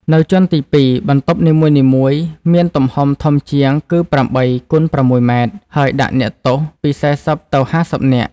នៅជាន់ទីពីរ បន្ទប់នីមួយៗ មានទំហំធំជាងគឺ៨ គុណ ៦ម៉ែត្រ ហើយដាក់អ្នកទោស ពី៤០ ទៅ៥០ នាក់ ។